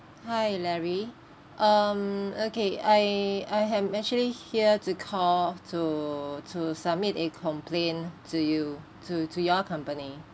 hi larry um okay I I am actually here to call to to submit a complaint to you to to your company